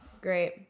Great